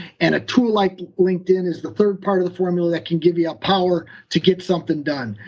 and a tool like linkedin is the third part of the formula that can give you the power to get something done.